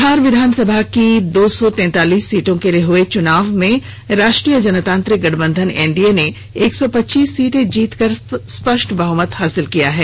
बिहार विधानसभा की दो सौ तैंतालीस सीटों के लिए हुए चुनाव में राष्ट्रीय जनतांत्रिक गठबंधन एनडीए ने एक सौ पच्चीस सीटें जीतकर स्पष्ट बहमत हासिल किया है